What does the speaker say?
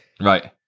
Right